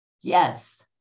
Yes